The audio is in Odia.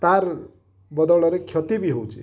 ତାର୍ ବଦଳରେ କ୍ଷତିବି ହେଉଛି